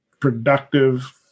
productive